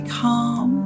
calm